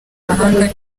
amahanga